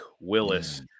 Willis